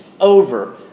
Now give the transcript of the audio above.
over